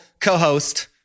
co-host